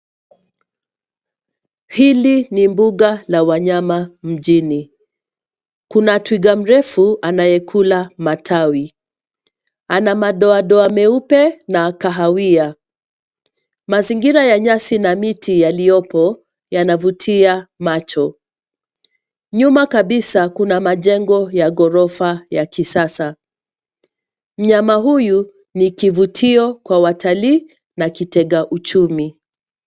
Hili ni mbuga la wanyama mjini. Kuna twiga mrefu anaye kula matawi. Ana madoadoa meupe na kahawia. Mazingira ya nyasi na miti yaliyopo, yanavutia macho. Nyuma kabisa, kuna majengo ya ghorofa ya kisasa. Mnyama huyu ni kivutio kwa watalii na kitega uchumi.